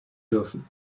dürfen